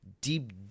deep